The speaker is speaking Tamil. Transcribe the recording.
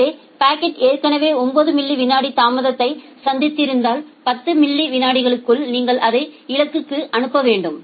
எனவே பாக்கெட் ஏற்கனவே 9 மில்லி விநாடி தாமதத்தை சந்தித்திருந்தால் 10 மில்லி விநாடிகளுக்குள் நீங்கள் அதை இலக்குக்கு அனுப்ப வேண்டும்